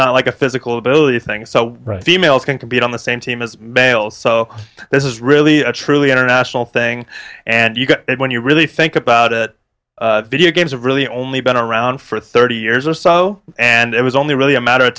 not like a physical ability thing so females can compete on the same team as males so this is really a truly international thing and you get it when you really think about it video games have really only been around for thirty years or so and it was only really a matter of